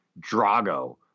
Drago